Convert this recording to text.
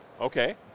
Okay